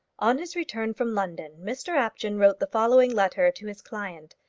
on his return from london mr apjohn wrote the following letter to his client,